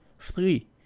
Three